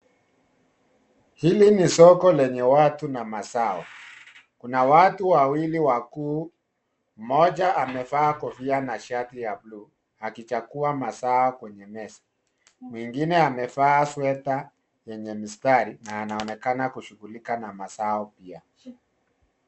Hili ni soko lenye watu na mazao. Kuna watu wawili wakuu. Mmoja amevaa kofia na shati ya bluu akichagua mazao kwenye meza. Mwingine amevaa swetavyenye mistari na anaonekana kushughulika na meza pia.